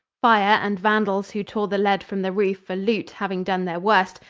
fire, and vandals who tore the lead from the roof for loot having done their worst,